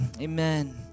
Amen